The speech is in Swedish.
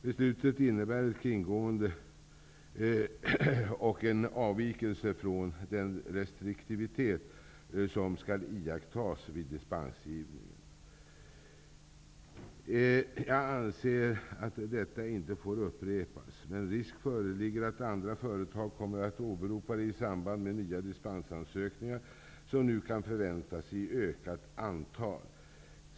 Beslutet om dispens innebär ett kringgående och en avvikelse från den restriktivitet som skall iakttas vid dispensgivning. Jag anser att detta inte får upprepas. Men risk föreligger att andra företag kommer att åberopa detta fall i samband med nya dispensansökningar som nu kan förväntas i ökat antal.